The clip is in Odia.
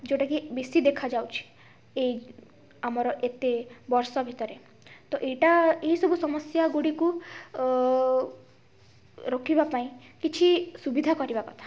ଯେଉଁଟାକି ବେଶୀ ଦେଖାଯାଉଛି ଏଇ ଆମର ଏତେ ବର୍ଷ ଭିତରେ ତ ଏଇଟା ଏହିସବୁ ସମସ୍ୟା ଗୁଡ଼ିକୁ ରୋକିବା ପାଇଁ କିଛି ସୁବିଧା କରିବା କଥା